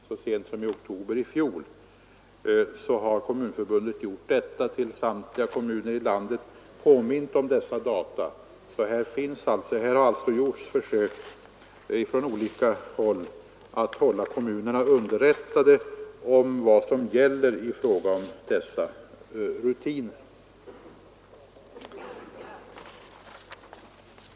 Så sent som i oktober i fjol har Kommunförbundet hos samtliga kommuner i landet påmint om dessa data. Det har således gjorts försök från olika håll att hålla kommunerna underrättade om vad som gäller i fråga om dessa rutiner.